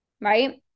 right